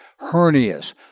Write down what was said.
hernias